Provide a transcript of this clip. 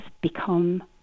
become